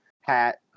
hat